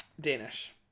Danish